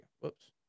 Whoops